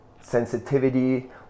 sensitivity